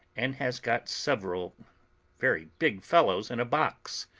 and has got several very big fellows in a box.